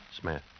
Smith